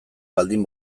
baldin